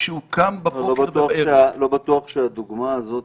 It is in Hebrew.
שהוא קם בבוקר ובערב --- לא בטוח שהדוגמה הזאת